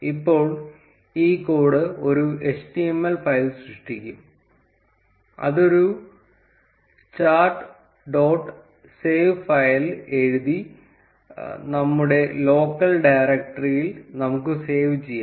ഇപ്പോൾ ഈ കോഡ് ഒരു html ഫയൽ സൃഷ്ടിക്കും അത് ഒരു ചാർട്ട് ഡോട്ട് സേവ് ഫയൽ എഴുതി നമ്മുടെ ലോക്കൽ ഡയറക്ടറിയിൽ നമുക്ക് സേവ് ചെയ്യാം